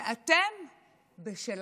ואתם בשלכם.